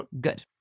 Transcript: good